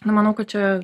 nu manau kad čia